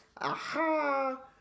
Aha